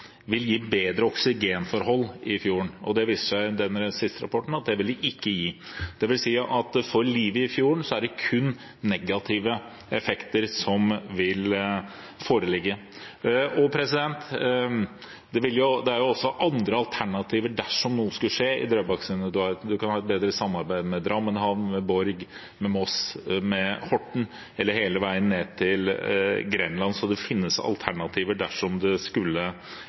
vil gi bedre oksygenforhold i fjorden, og det viser seg i den siste rapporten at det vil den ikke gi. Det vil si at for livet i fjorden er det kun negative effekter som vil foreligge. Det er også andre alternativer dersom noe skulle skje i Drøbaksundet, man kan ha et bedre samarbeid med Drammen havn, med Borg, med Moss, med Horten, eller hele veien ned til Grenland, så det finnes alternativer dersom det skulle